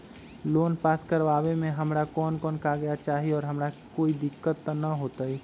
Loan pass करवावे में हमरा कौन कौन कागजात चाही और हमरा कोई दिक्कत त ना होतई?